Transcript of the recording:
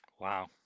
Wow